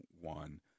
one